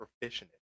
proficient